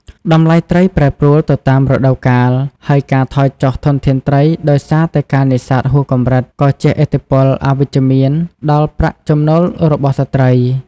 តម្លៃត្រីប្រែប្រួលទៅតាមរដូវកាល ហើយការថយចុះធនធានត្រីដោយសារការនេសាទហួសកម្រិត ក៏ជះឥទ្ធិពលអវិជ្ជមានដល់ប្រាក់ចំណូលរបស់ស្ត្រី។